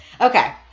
Okay